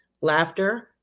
laughter